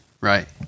right